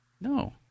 No